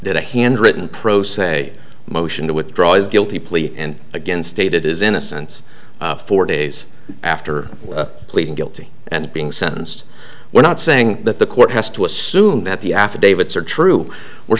did a hand written pro se motion to withdraw his guilty plea and again stated his innocence four days after pleading guilty and being sentenced we're not saying that the court has to assume that the affidavits are true we're